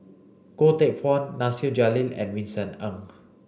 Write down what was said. Goh Teck Phuan Nasir Jalil and Vincent Ng